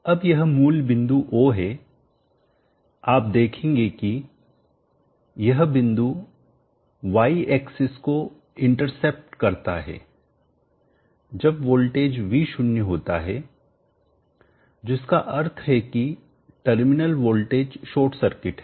अबयह मूल बिंदु 0 है आप देखेंगे कि यह बिंदु y axis को इंटरसेप्ट अवरोध करता है जब वोल्टेज V शुन्य होता है जिसका अर्थ है कि टर्मिनल वोल्टेज शॉर्ट सर्किट है